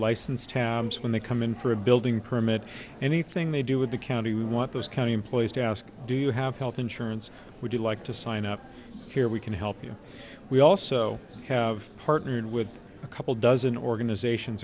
license tabs when they come in for a building permit anything they do with the county we want those county employees to ask do you have health insurance would you like to sign up here we can help you we also have partnered with a couple dozen organizations